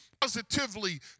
positively